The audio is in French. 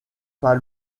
pas